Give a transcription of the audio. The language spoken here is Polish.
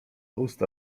usta